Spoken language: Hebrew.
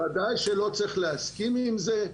ודאי שלא צריך להסכים עם זה,